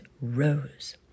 rose